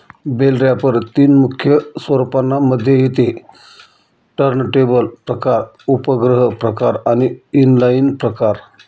bell wrapper तीन मुख्य स्वरूपांना मध्ये येते टर्नटेबल प्रकार, उपग्रह प्रकार आणि इनलाईन प्रकार